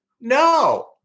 no